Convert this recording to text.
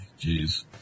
jeez